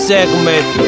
Segment